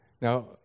Now